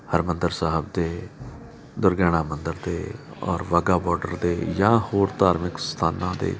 ਹਰਿਮੰਦਰ ਸਾਹਿਬ ਦੇ ਦੁਰਗਿਆਣਾ ਮੰਦਰ ਦੇ ਔਰ ਵਾਹਗਾ ਬੋਰਡਰ ਦੇ ਜਾਂ ਹੋਰ ਧਾਰਮਿਕ ਸਥਾਨਾਂ ਦੇ